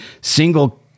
single